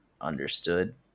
understood